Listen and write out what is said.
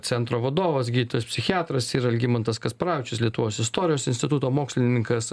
centro vadovas gydytojas psichiatras ir algimantas kasparavičius lietuvos istorijos instituto mokslininkas